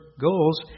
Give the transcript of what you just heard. goals